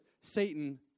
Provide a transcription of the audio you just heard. Satan